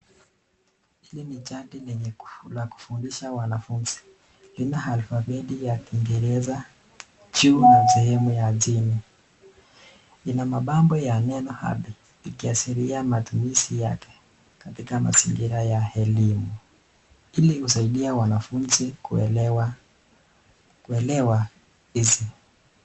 Hili ni chati la kufundisha wanafunzi alfabeti la kingereza juu ya elimu ya hazini ,inamambo ya neno habi ikiashiria matumizi yake mazingira ya elimu, ilikusaidia wanafunzi kuel rahisi.